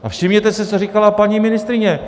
A všimněte si, co říkala paní ministryně.